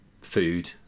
food